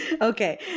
Okay